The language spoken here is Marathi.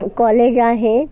कॉलेज आहे